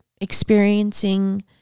experiencing